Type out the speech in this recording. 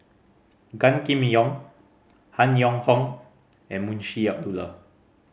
Gan Kim Yong Han Yong Hong and Munshi Abdullah